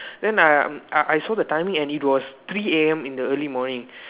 then I uh I I saw the timing and it was three A_M in the early morning